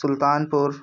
Sultanpur